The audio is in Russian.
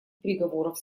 переговоров